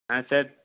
হ্যাঁ স্যার